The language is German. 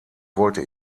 wollte